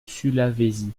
sulawesi